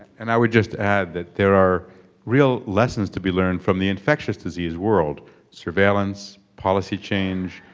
and i would just add that there are real lessons to be learned from the infectious disease world surveillance, policy change,